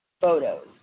photos